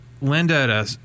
Linda